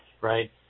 right